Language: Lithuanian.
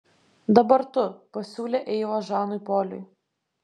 dabar tu pasiūlė eiva žanui poliui